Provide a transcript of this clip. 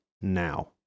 now